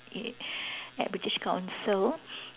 y~ at British council